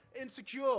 insecure